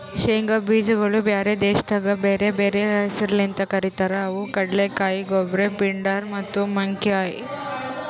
ಶೇಂಗಾ ಬೀಜಗೊಳ್ ಬ್ಯಾರೆ ದೇಶದಾಗ್ ಬ್ಯಾರೆ ಬ್ಯಾರೆ ಹೆಸರ್ಲಿಂತ್ ಕರಿತಾರ್ ಅವು ಕಡಲೆಕಾಯಿ, ಗೊಬ್ರ, ಪಿಂಡಾರ್ ಮತ್ತ ಮಂಕಿಕಾಯಿ